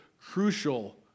crucial